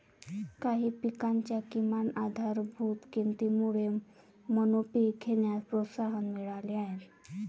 काही पिकांच्या किमान आधारभूत किमतीमुळे मोनोपीक घेण्यास प्रोत्साहन मिळाले आहे